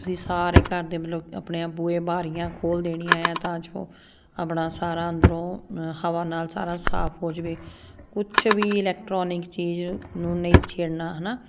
ਤੁਸੀਂ ਸਾਰੇ ਘਰ ਦੇ ਮਤਲਬ ਆਪਣੇ ਬੂਹੇ ਬਾਰੀਆਂ ਖੋਲ੍ਹ ਦੇਣੀਆਂ ਆ ਤਾਂ ਜੋ ਆਪਣਾ ਸਾਰਾ ਅੰਦਰੋਂ ਹਵਾ ਨਾਲ ਸਾਰਾ ਸਾਫ਼ ਹੋ ਜਾਵੇ ਕੁਛ ਵੀ ਇਲੈਕਟਰੋਨਿਕ ਚੀਜ਼ ਨੂੰ ਨਹੀਂ ਛੇੜਣਾ ਹੈ ਨਾ